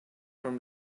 from